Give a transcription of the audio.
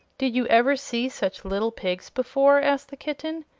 did you ever see such little pigs before? asked the kitten.